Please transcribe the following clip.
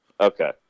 Okay